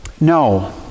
no